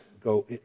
go